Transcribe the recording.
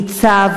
/ היא צו.